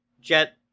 Jet